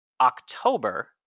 October